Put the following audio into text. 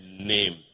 name